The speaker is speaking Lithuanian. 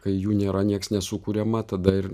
kai jų nėra nieks nesukuriama tada ir